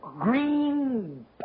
green